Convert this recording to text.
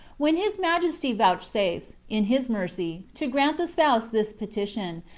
when his majesty vouchsafes, in his mercy, to grant the spouse this petition,